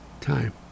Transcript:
time